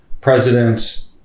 president